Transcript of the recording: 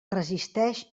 resisteix